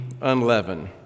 unleavened